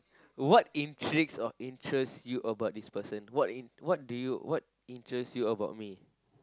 what intrigues or interests you about this person what what do you what interests you about me